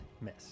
Miss